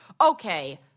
Okay